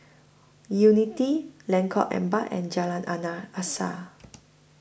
Unity Lengkong Empat and Jalan Anna Asas